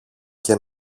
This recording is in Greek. και